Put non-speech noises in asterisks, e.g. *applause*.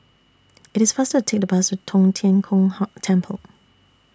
IT IS faster Take The Bus Tong Tien Kung *unintelligible* Temple